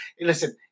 listen